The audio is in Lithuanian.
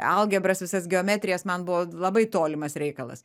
algebras visas geometrijas man buvo labai tolimas reikalas